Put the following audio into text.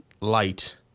light